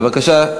בבקשה.